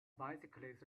bicyclist